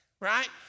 right